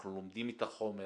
אנחנו לומדים את החומר,